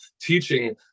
teaching